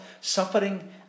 suffering